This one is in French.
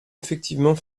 effectivement